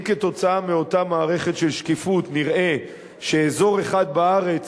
אם כתוצאה מאותה מערכת של שקיפות נראה שאזור אחד בארץ